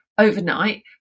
overnight